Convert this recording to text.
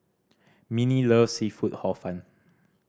Minnie loves seafood Hor Fun